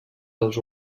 dels